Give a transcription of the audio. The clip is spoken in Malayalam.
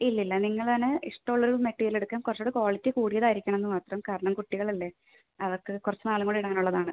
ഇല്ലില്ല നിങ്ങൾ തന്നെ ഇഷ്ടമുള്ളൊരു മെറ്റീരിയൽ എടുക്കാം കുറച്ച് കൂടെ ക്വാളിറ്റി കൂടിയതായിരിക്കണം എന്ന് മാത്രം കാരണം കുട്ടികളല്ലേ അവർക്ക് കുറച്ച് നാളും കൂടെ ഇടാനുള്ളതാണ്